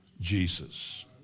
Jesus